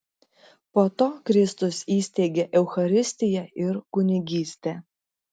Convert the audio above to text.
po to kristus įsteigė eucharistiją ir kunigystę